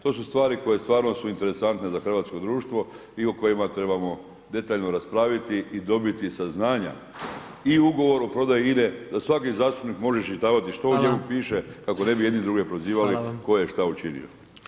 To su stvari koje stvarno su interesantne za hrvatsko društvo i o kojima trebamo detaljno raspraviti i dobiti saznanja i ugovor o prodaja INA-e, da svaki zastupnik može iščitavati što u njemu piše kako ne bi jedni druge prozivali tko je šta učinio.